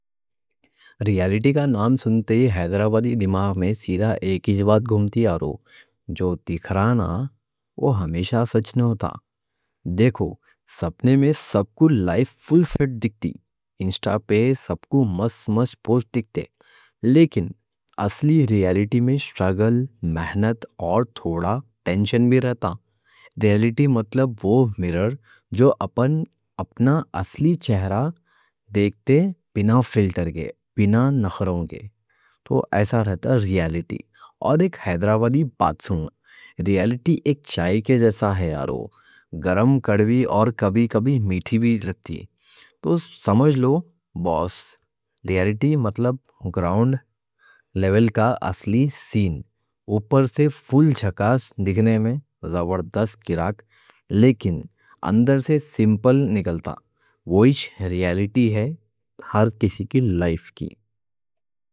ریالیٹی کا نام سنتے ہی حیدرآبادی دماغ میں سیدھا ایک ہی جواب گھومتی آ رہو، جو دِکھانا وہ ہمیشہ سچ نہ ہوتا۔ دیکھو، سپنے میں سب کو لائف فل سیٹ دکھتی، انسٹا پہ سب کو مس مس پوسٹ دیکھتے۔ لیکن اصلی ریالیٹی میں سٹرگل، محنت اور تھوڑا ٹینشن بھی رہتا۔ ریالیٹی مطلب وہ مرر جو اپنا اصلی چہرہ دیکھتے، بغیر فلٹر کے، بغیر نخرے کے، تو ایسا رہتا ریالیٹی۔ اور ایک حیدرآبادی بات سنو، ریالیٹی ایک چائے کے جیسا ہے، یارو، گرم، کڑوی اور کبھی کبھی میٹھی بھی رہتی۔ تو سمجھ لو بوس، ریالیٹی مطلب گراؤنڈ لیول کا اصلی سین، اوپر سے فل چھکاس، دیکھنے میں زبردست کراک، لیکن اندر سے سمپل نکلتا۔ وہیچ ریالیٹی ہے ہر کسی کی لائف کی۔